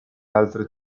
altre